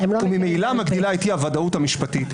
וממילא מגדילה את אי-הוודאות המשפטית.